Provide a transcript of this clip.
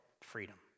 freedom